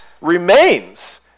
remains